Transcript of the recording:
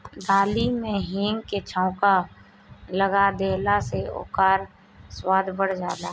दाली में हिंग के छौंका लगा देहला से ओकर स्वाद बढ़ जाला